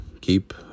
keep